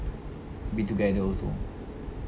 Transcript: be together also